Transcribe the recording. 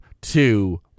two